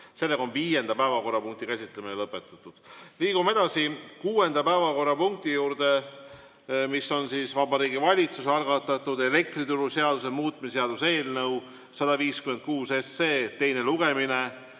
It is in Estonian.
ei võta. Viienda päevakorrapunkti käsitlemine on lõpetatud. Liigume edasi kuuenda päevakorrapunkti juurde, mis on Vabariigi Valitsuse algatatud elektrituruseaduse muutmise seaduse eelnõu 156 teine lugemine.